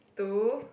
two